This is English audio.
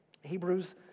Hebrews